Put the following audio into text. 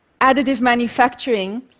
additive manufacturing,